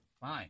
fine